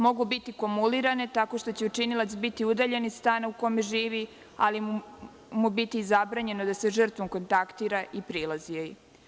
Mogu biti kumulirane tako što će učinilac biti udaljen iz stana u kom živi, ali će mu biti zabranjeno da sa žrtvom kontaktira i prilazi joj.